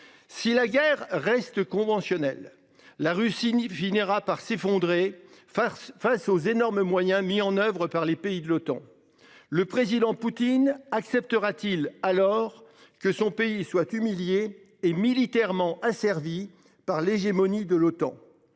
Si la guerre reste conventionnelle. La Russie nie finira par s'effondrer farce face aux énormes moyens mis en oeuvre par les pays de l'OTAN. Le président Poutine acceptera-t-il alors que son pays soit humilié et militairement asservis. Par l'hégémonie de l'OTAN.